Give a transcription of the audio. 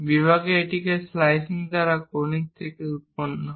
বিভাগে এটি স্লাইসিং দ্বারা কনিক থেকে উত্পন্ন হয়